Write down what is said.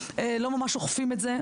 לא ממש אוכפים את זה,